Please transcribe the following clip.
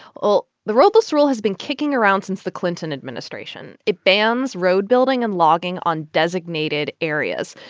well, the roadless rule has been kicking around since the clinton administration. it bans road building and logging on designated areas.